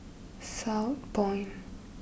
Southpoint